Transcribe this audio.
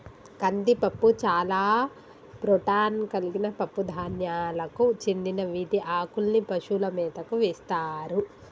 కందిపప్పు చాలా ప్రోటాన్ కలిగిన పప్పు ధాన్యాలకు చెందిన వీటి ఆకుల్ని పశువుల మేతకు వేస్తారు